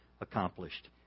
accomplished